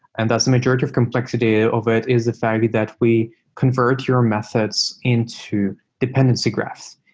and thus the majority of complexity ah of it is the fact that we convert your methods into dependency graphs,